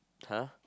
!huh!